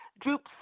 droops